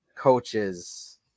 Coaches